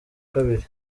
kabiri